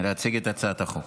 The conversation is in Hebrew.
להציג את הצעת החוק.